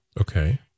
Okay